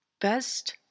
Best